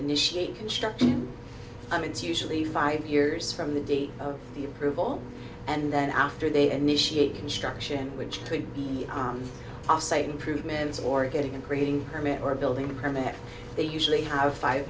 initiate construction and it's usually five years from the date of the approval and then after they initiate construction which could be improvements or getting a grading permit or a building permit they usually have five